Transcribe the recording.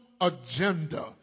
agenda